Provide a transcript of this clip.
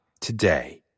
today